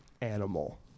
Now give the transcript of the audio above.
animal